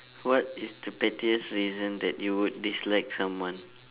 what is the pettiest reason that you would dislike someone